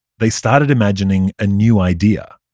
they started imagining a new idea.